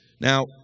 Now